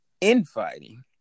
infighting